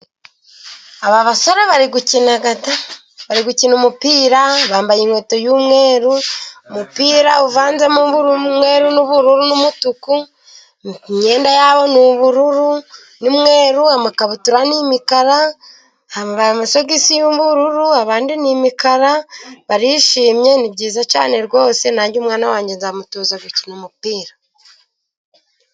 Aba basore bari gukina bari gukina umupira, bambaye inkweto y'umweru, umupira uvanzemo umweru n'ubururu n'umutuku, imyenda ni ubururu n'umweru, amakabutura ni imikara, bambaye amasogisi y'ubururu, abandi ni imikara, barishimye, ni byiza cyane rwose. Nanjye umwana wanjye nzamutoza gukina umupira.